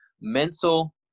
mental